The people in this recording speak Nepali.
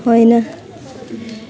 होइन